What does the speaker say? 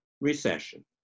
recession